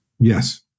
Yes